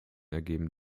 ergeben